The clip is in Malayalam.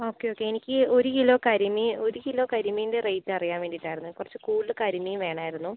ഓക്കെ ഓക്കെ എനിക്ക് ഒരു കിലോ കരിമീൻ ഒരു കിലോ കരിമീനിൻ്റെ റേറ്റ് അറിയാൻ വേണ്ടീട്ടായിരുന്നു കുറച്ചു കൂടുതൽ കരിമീൻ വേണമായിരുന്നു